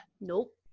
Nope